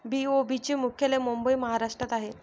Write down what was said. BOB चे मुख्यालय मुंबई महाराष्ट्रात आहे